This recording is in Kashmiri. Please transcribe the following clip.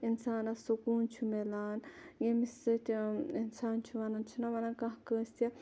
اِنسانَس سکوٗن چھُ مِلان ییٚمہِ سۭتۍ اِنسان چھُ وَنان چھِنا وَنان کانٛہہ کٲنٛسہِ